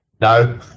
No